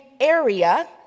area